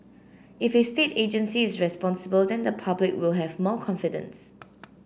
if a state agency is responsible then the public will have more confidence